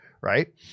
right